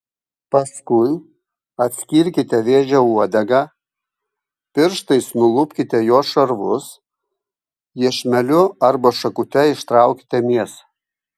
paskui atskirkite vėžio uodegą pirštais nulupkite jos šarvus iešmeliu arba šakute ištraukite mėsą